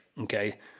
okay